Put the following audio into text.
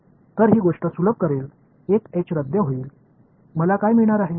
तर ही गोष्ट सुलभ करेल एक h रद्द होईल मला काय मिळणार आहे